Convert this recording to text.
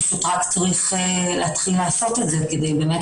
פשוט רק צריך להתחיל לעשות את זה כדי להיות